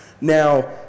Now